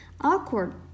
Awkward